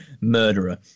Murderer